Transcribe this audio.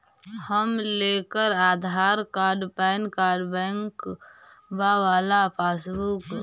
हम लेकर Aadhaar card PAN card बैंकवा वाला पासबुक?